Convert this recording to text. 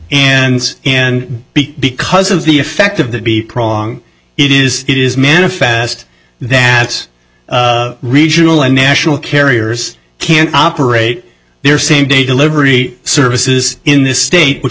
and and because of the effect of that be wrong it is it is manifest that it's regional and national carriers can't operate their same day delivery services in this state which